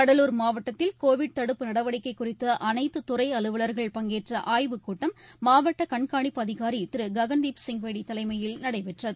கடலூர் மாவட்டத்தில் கோவிட் தடுப்பு நடவடிக்கை குறித்த அனைத்து துறை அலுவலர்கள் பங்கேற்ற ஆய்வுக் கூட்டம் மாவட்ட கண்காணிப்பு அதிகாரி திரு ககன்தீப் சிங் பேடி தலைமையில் நடைபெற்றது